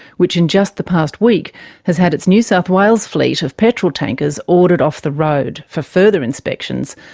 which in just the past week has had its new south wales fleet of petrol tankers ordered off the road for further inspections,